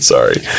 Sorry